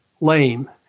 lame